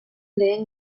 lehen